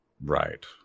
Right